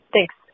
Thanks